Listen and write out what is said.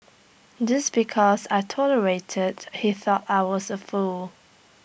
just because I tolerated he thought I was A fool